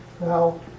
Now